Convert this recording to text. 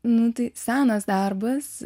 nu tai senas darbas